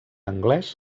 anglès